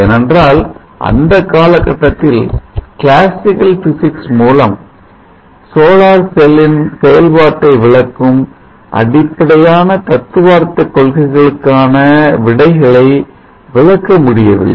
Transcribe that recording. ஏனென்றால் அந்த காலகட்டத்தில் கிளாசிக்கல் பிசிக்ஸ் மூலம் சோலார் செல்லின் செயல்பாட்டை விளக்கும் அடிப்படையான தத்துவார்த்த கொள்கைகளுக்கான விடைகளை விளக்க முடியவில்லை